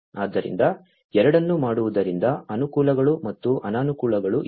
ಆದ್ದರಿಂದ ಎರಡನ್ನೂ ಮಾಡುವುದರಿಂದ ಅನುಕೂಲಗಳು ಮತ್ತು ಅನಾನುಕೂಲಗಳು ಇವೆ